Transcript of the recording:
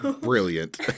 Brilliant